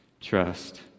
trust